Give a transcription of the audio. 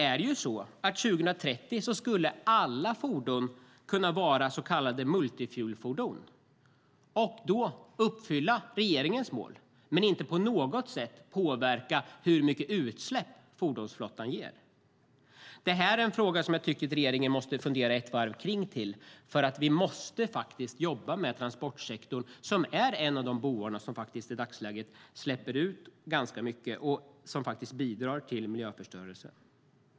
År 2030 skulle ju alla fordon kunna vara så kallade multifuel-fordon och då uppfylla regeringens mål men inte på något sätt påverka hur mycket utsläpp fordonsflottan ger. Det här är en fråga som jag tycker att regeringen måste fundera ett varv till kring, för vi måste jobba med transportsektorn, som är en av de bovar som i dagsläget släpper ut ganska mycket och som faktiskt bidrar till miljöförstörelse.